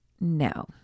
no